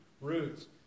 roots